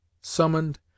summoned